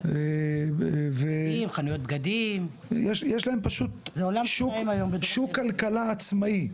יש להם פשוט שוק כלכלה עצמאי.